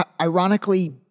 ironically